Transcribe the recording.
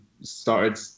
started